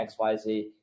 XYZ